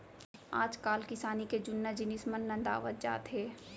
आजकाल किसानी के जुन्ना जिनिस मन नंदावत जात हें